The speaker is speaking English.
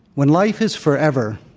when life is forever,